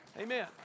Amen